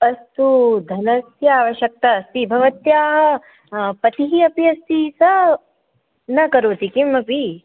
अस्तु धनस्य आवश्यकता अस्ति भवत्याः पतिः अपि अस्ति सः न करोति किमपि